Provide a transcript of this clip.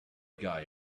guy